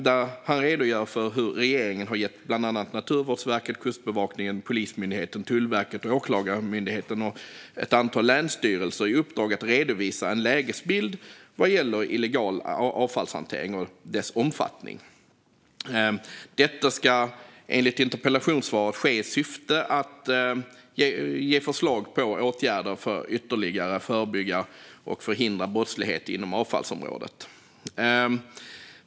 Där redogör han för hur regeringen har gett bland annat Naturvårdsverket, Kustbevakningen, Polismyndigheten, Tullverket, Åklagarmyndigheten och ett antal länsstyrelser i uppdrag att redovisa en lägesbild vad gäller illegal avfallshantering och dess omfattning. Detta ska enligt interpellationssvaret ske i syfte att ge förslag på åtgärder för att ytterligare förebygga och förhindra brottslighet inom avfallsområdet.